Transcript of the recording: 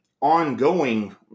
ongoing